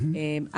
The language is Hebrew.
כן.